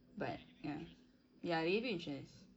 but ya ya they give you interest